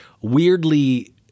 weirdly